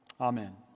Amen